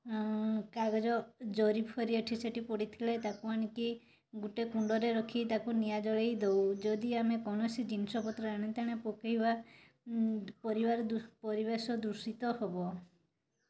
କାଗଜ ଜରିଫରି ଏଠି ସେଠି ପଡ଼ିଥିଲେ ତାକୁ ଆଣି କି ଗୋଟେ କୁଣ୍ଡରେ ରଖି ତାକୁ ନିଆଁ ଜଳେଇ ଦେଉ ଯଦି ଆମେ କୌଣସି ଜିନିଷ ପତ୍ର ଏଣେ ତେଣେ ପକେଇବା ପରିବେଶ ଦୂଷିତ ହେବ